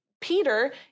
Peter